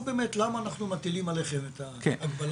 באמת למה אנחנו מטילים עליכם את ההגבלה.